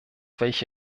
welche